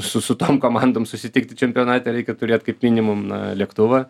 su su tom komandom susitikti čempionate reikia turėt kaip minimum na lėktuvą